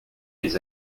les